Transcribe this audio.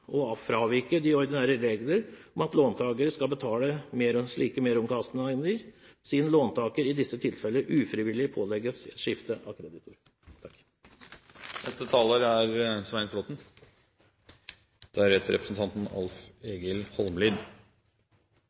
å fravike de ordinære reglene om at låntaker skal betale slike merkostnader, siden låntaker i disse tilfellene ufrivillig pålegges et skifte av kreditor.